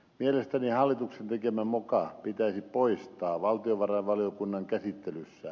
mielestäni hallituksen tekemä moka pitäisi poistaa valtiovarainvaliokunnan käsittelyssä